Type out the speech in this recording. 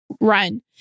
run